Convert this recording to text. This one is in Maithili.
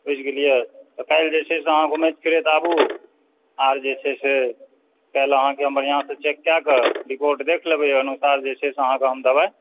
बुझि गेलियै तऽ काल्हि जे छै से अहाँ घुमैत फिरैत आबू आर जे छै से काल्हि आहाँकऽ हम बढ़िआँ सँ चेक कए कऽ रिपोर्ट देख लेबै ओहि अनुसार आहाँकेँ हम दवाइ